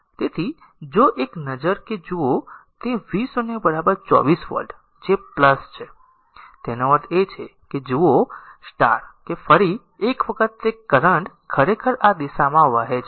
તેથી જો એક નજર કે જો જુઓ તે v0 24 વોલ્ટ જે છે તેનો અર્થ એ છે કે જો જુઓ કે ફરી એક વખત તે કરંટ ખરેખર આ દિશામાં વહે છે